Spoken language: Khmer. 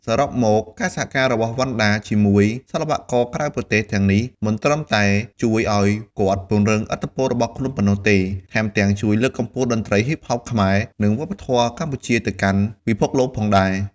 សរុបមក ការសហការរបស់ វណ្ណដា ជាមួយសិល្បករក្រៅប្រទេសទាំងនេះ មិនត្រឹមតែជួយឱ្យគាត់ពង្រីកឥទ្ធិពលរបស់ខ្លួនប៉ុណ្ណោះទេ ថែមទាំងជួយលើកកម្ពស់តន្ត្រី Hip-Hop ខ្មែរ និងវប្បធម៌កម្ពុជាទៅកាន់ពិភពលោកផងដែរ។